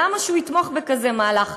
למה שהוא יתמוך בכזה מהלך?